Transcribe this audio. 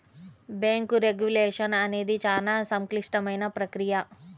bank regulation అనేది చాలా సంక్లిష్టమైన ప్రక్రియ